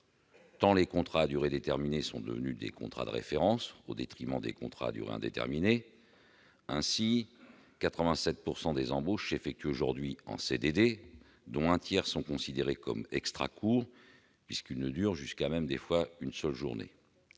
tant les contrats à durée déterminée sont devenus des contrats de référence au détriment des contrats à durée indéterminée. Ainsi, 87 % des embauches effectuées aujourd'hui le sont en CDD, dont un tiers sont considérées comme très courtes, puisqu'elles ne durent parfois qu'une journée.